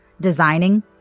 designing